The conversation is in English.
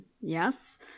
Yes